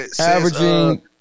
Averaging